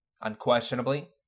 Unquestionably